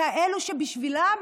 כאלה שבשבילם